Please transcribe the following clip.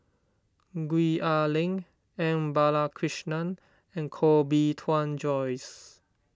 Gwee Ah Leng M Balakrishnan and Koh Bee Tuan Joyce